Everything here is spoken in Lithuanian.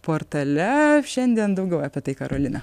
portale šiandien daugiau apie tai karolina